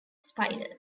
spider